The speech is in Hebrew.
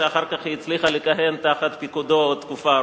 שאחר כך היא הצליחה לכהן תחת פיקודו עוד תקופה ארוכה.